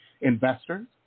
investors